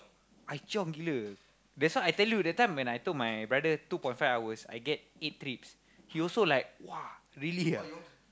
I chiong gila that's why I tell you that time when I told my brother two point five hours I get eight trips he also like !wah! really ah